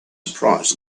surprised